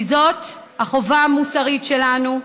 כי זאת החובה הציבורית שלנו,